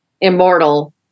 immortal